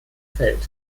feld